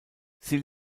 sie